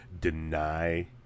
deny